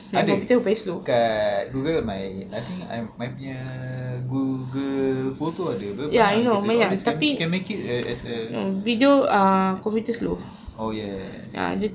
ada kat google my I think I'm my punya google photo ada berapa banyak gambar kita all this you can make it uh as a oh ya ya ya yes